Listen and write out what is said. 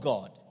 God